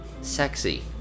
sexy